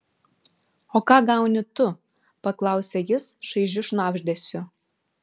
o ką gauni tu paklausė jis šaižiu šnabždesiu